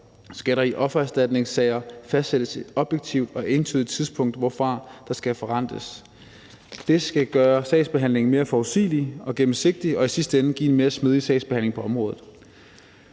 skal der i offererstatningssager fastsættes et objektivt og entydigt tidspunkt, hvorfra erstatningen skal forrentes. Det skal gøre sagsbehandlingen mere forudsigelig og gennemsigtig og i sidste ende give en mere smidig sagsbehandling på området.